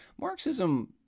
Marxism